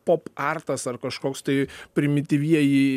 pop artas ar kažkoks tai primityvieji